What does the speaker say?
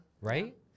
Right